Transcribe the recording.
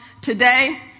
today